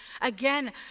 again